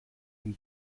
den